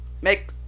Make